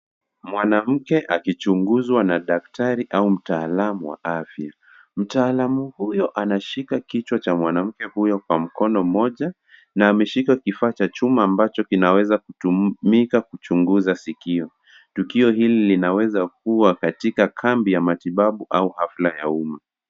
Mwanamke akichunguzwa na daktari au mtaalamu wa afya. Mtaalamu huyo anashika kichwa cha mwanamke huyu kwa mkono mmoja na ameshika kifaa cha chuma ambacho kinaweza kutumika kuchunguza sikio. Tukio hili linaweza kuwa katika kambi ya matibabu au hafla ya umma.